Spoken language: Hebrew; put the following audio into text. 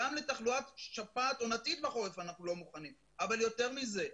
גם לתחלואת שפעת עונתית בחורף אנחנו לא מוכנים אבל יותר מזה,